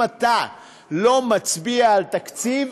אם אתה לא מצביע על תקציב,